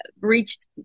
reached